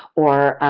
or